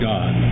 God